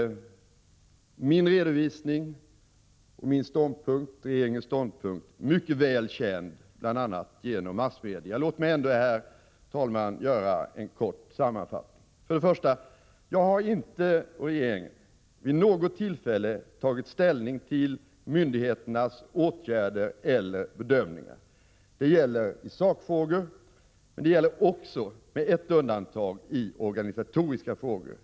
Min redovisning och regeringens ståndpunkt är således mycket väl kända, bl.a. genom massmedia. Låt mig ändå, herr talman, göra en kort sammanfattning. För det första: Jag eller regeringen har inte vid något tillfälle tagit ställning till myndigheternas åtgärder och bedömningar. Det gäller i sakfrågor, och det gäller med ett undantag också i organisatoriska frågor.